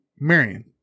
Marion